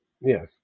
Yes